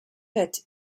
hit